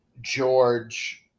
george